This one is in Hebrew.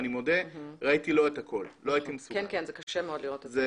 ואני מודה שלא הייתי מסוגל לראות את הכול,